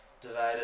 divided